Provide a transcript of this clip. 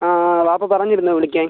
ആ വാപ്പ പറഞ്ഞിരുന്നു വിളിക്കാൻ